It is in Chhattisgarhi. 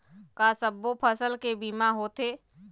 का सब्बो फसल के बीमा होथे?